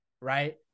right